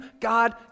God